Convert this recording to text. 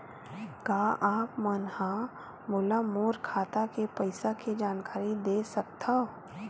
का आप मन ह मोला मोर खाता के पईसा के जानकारी दे सकथव?